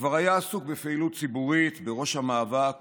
וכבר היה עסוק בפעילות ציבורית בראש המאבק